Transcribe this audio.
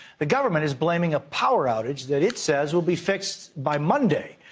the government is blaming a power outage that it says will be fixed by monday.